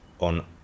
on